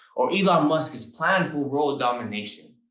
or elon musk his plan for world domination.